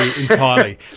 entirely